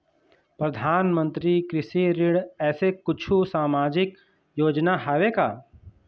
परधानमंतरी कृषि ऋण ऐसे कुछू सामाजिक योजना हावे का?